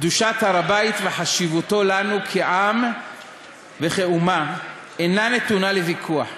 קדושת הר-הבית וחשיבותו לנו כעם וכאומה אינן נתונות לוויכוח.